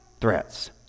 threats